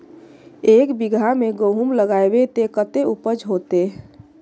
एक बिगहा में गेहूम लगाइबे ते कते उपज होते?